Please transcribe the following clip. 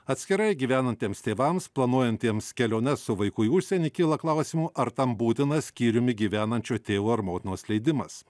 atskirai gyvenantiems tėvams planuojantiems keliones su vaiku į užsienį kyla klausimų ar tam būtina skyriumi gyvenančio tėvo ar motinos leidimas